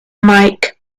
mike